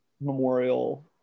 Memorial